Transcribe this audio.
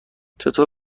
چطور